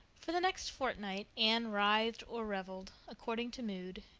for the next fortnight anne writhed or reveled, according to mood,